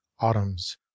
autumn's